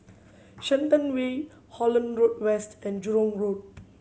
Shenton Way Holland Road West and Jurong Road